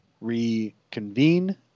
reconvene